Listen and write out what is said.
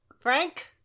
Frank